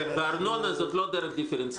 בארנונה זאת לא דרך דיפרנציאלית.